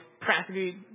practically